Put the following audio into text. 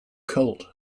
colt